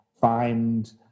find